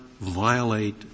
violate